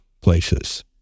places